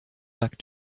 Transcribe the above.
back